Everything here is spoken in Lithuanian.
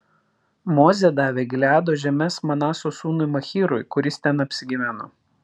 mozė davė gileado žemes manaso sūnui machyrui kuris ten apsigyveno